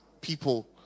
people